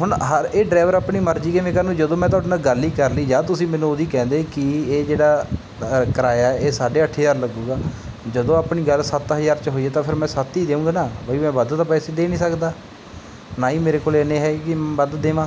ਹੁਣ ਹਰ ਇਹ ਡਰਾਈਵਰ ਆਪਣੀ ਮਰਜ਼ੀ ਕਿਵੇਂ ਕਰਨ ਜਦੋਂ ਮੈਂ ਤੁਹਾਡੇ ਨਾਲ ਗੱਲ ਹੀ ਕਰ ਲਈ ਜਾਂ ਤੁਸੀਂ ਮੈਨੂੰ ਉਦੋਂ ਹੀ ਕਹਿੰਦੇ ਕਿ ਇਹ ਜਿਹੜਾ ਕਿਰਾਇਆ ਇਹ ਸਾਢੇ ਅੱਠ ਹਜ਼ਾਰ ਲੱਗੂਗਾ ਜਦੋਂ ਆਪਣੀ ਗੱਲ ਸੱਤ ਹਜ਼ਾਰ 'ਚ ਹੋਈ ਹੈ ਤਾਂ ਫਿਰ ਮੈਂ ਸੱਤ ਹੀ ਦੇਊਂਗਾ ਨਾ ਬਈ ਮੈਂ ਵੱਧ ਤਾਂ ਪੈਸੇ ਦੇ ਨਹੀਂ ਸਕਦਾ ਨਾ ਹੀ ਮੇਰੇ ਕੋਲ ਇੰਨੇ ਹੈ ਕੀ ਵੱਧ ਦੇਵਾਂ